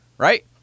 Right